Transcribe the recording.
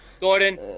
Gordon